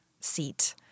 seat